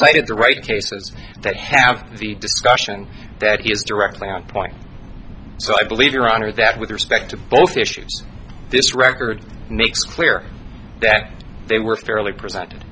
cited the right cases that have the discussion that is directly on point so i believe your honor that with respect to false issues this record makes clear that they were fairly presented